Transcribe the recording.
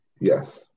yes